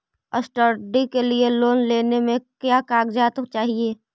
Study के लिये loan लेने मे का क्या कागजात चहोये?